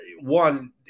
one